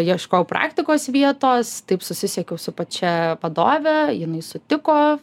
ieškojau praktikos vietos taip susisiekiau su pačia vadove jinai sutiko